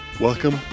Welcome